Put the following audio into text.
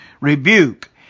rebuke